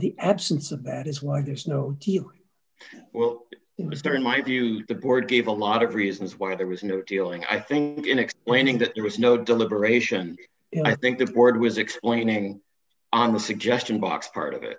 the absence of that is why there's no well it was there in my view the board gave a lot of reasons why there was no dealing i think in explaining that there was no deliberation and i think the board was explaining on the suggestion box part of it